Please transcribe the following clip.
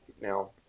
Now